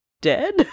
dead